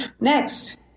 next